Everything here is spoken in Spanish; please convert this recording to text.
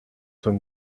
son